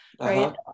Right